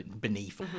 beneath